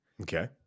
Okay